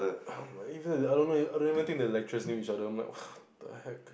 I don't know I don't think the lecturers knew each other I'm like what the heck